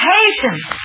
Patience